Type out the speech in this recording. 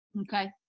Okay